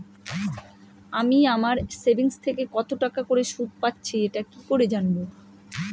আমি আমার সেভিংস থেকে কতটাকা করে সুদ পাচ্ছি এটা কি করে জানব?